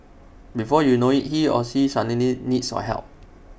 before you know IT he or she suddenly needs your help